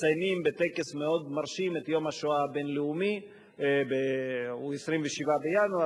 מציינים בטקס מאוד מרשים את יום השואה הבין-לאומי ב-27 בינואר.